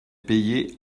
payer